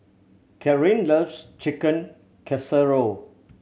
Kathryne loves Chicken Casserole